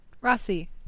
Rossi